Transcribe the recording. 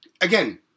again